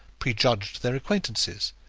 prejudged their acquaintances,